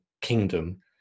kingdom